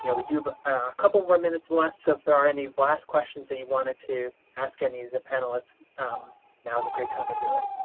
you know we do have but a couple more minutes left, so if there are any last questions that you wanted to ask any of the panelists now's a great time to do it.